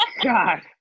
God